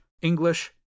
English